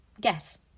Guess